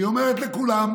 והיא אומרת לכולם: